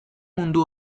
mundu